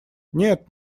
нет